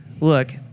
look